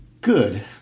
Good